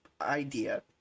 idea